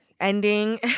ending